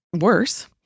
worse